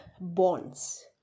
bonds